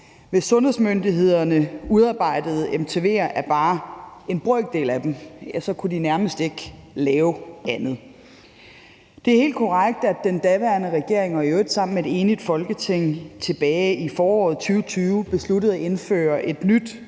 hvis sundhedsmyndighederne udarbejdede MTV'er af bare en brøkdel af dem, kunne de nærmest ikke lave andet. Det er helt korrekt, at den daværende regering, i øvrigt sammen med et enigt Folketing, tilbage i foråret 2020 besluttede at indføre et nyt,